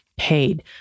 Paid